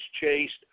chased